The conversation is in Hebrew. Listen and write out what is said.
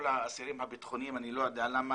האסירים הביטחוניים אני לא יודע למה,